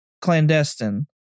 clandestine